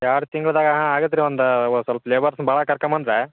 ಎರಡು ತಿಂಗ್ಳ್ದಾಗ ಹಾಂ ಆಗತ್ತೆ ರೀ ಒಂದು ಸ್ವಲ್ಪ ಲೇಬರ್ಸ್ ಭಾಳ ಕರ್ಕೊ ಬಂದರೆ